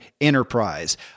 enterprise